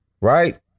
right